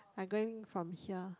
I going from here